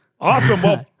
Awesome